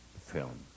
film